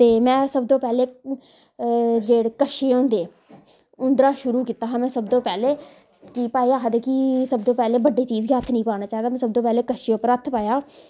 ते मैं सब दे पैहले जेह्ड़े कच्छे होंदे उंद्धरा शुरू कीता हा में सब तूं पैहले कि भाई आखदे की सबतूं पैहले बड्डी चीज गी हत्थ नी पाना चाहिदा मैं सबतूं पैहला कच्छे उप्पर हत्थ पाया